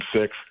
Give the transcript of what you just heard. six